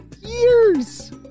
years